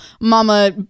mama